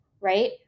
right